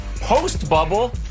Post-bubble